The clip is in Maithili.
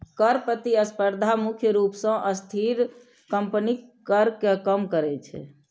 कर प्रतिस्पर्धा मुख्य रूप सं अस्थिर कंपनीक कर कें कम करै छै